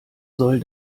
soll